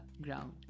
ground